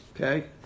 Okay